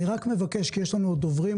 אני רק מבקש כי יש לנו עוד דוברים,